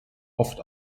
oft